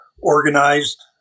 organized